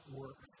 work